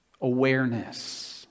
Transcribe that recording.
awareness